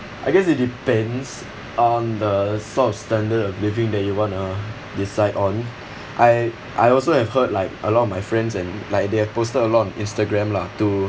I guess it depends on the sort of standard of living that you wanna decide on I I also have heard like a lot of my friends and like they have posted a lot on instagram lah to